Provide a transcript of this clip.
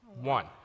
One